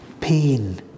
pain